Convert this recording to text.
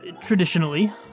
Traditionally